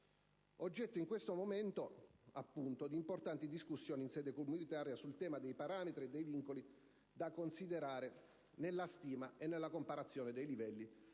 oggetto in questo momento di importanti discussioni in sede comunitaria sul tema dei parametri e dei vincoli da considerare nella stima e nella comparazione dei livelli